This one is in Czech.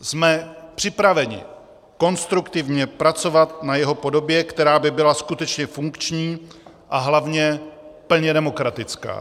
Jsme připraveni konstruktivně pracovat na jeho podobě, která by byla skutečně funkční a hlavně plně demokratická.